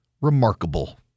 Remarkable